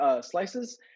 slices